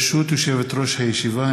ברשות יושבת-ראש הישיבה,